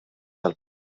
tal